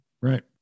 right